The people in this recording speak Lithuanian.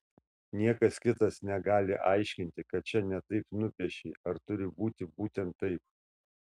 niekas kitas negali aiškinti kad čia ne taip nupiešei ar turi būti būtent taip